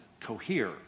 cohere